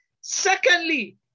Secondly